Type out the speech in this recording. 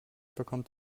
bekommt